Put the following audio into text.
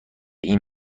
این